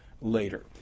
later